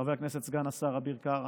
חבר הכנסת וסגן השר אביר קארה.